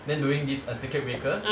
then during this circuit breaker